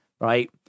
right